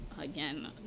Again